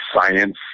science